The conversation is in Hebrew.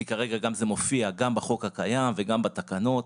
כי כרגע זה מופיע גם בחוק הקיים וגם בתקנות.